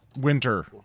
winter